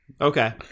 Okay